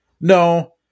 no